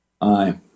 Aye